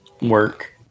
work